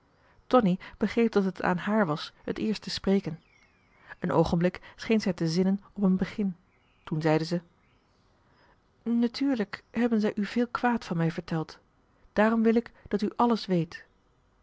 tonie begreep dathet aan haar was het eerst te spreken een oogenblik scheen zij te zinnen op een begin toen zeide zij natuurlijk hebben zij u veel kwaad van mij verteld daarom wil ik dat u alles weet